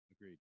Agreed